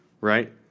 right